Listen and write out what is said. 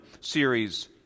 series